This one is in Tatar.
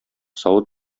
савыт